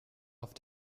auf